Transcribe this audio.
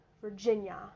Virginia